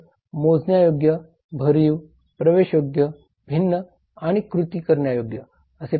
तर मोजण्यायोग्य भरीव प्रवेशयोग्य भिन्न आणि कृती करण्यायोग्य असे 5 घटक आहेत